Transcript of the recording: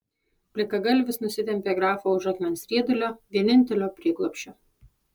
plikagalvis nusitempė grafą už akmens riedulio vienintelio prieglobsčio